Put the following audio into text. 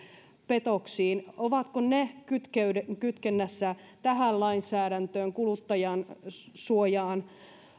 petoksiin ovatko ne kytkennässä kytkennässä tähän lainsäädäntöön kuluttajansuojaan